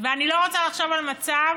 ואני לא רוצה לחשוב על מצב